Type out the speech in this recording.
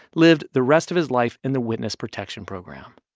lived the rest of his life in the witness protection program